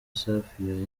safi